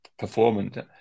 performant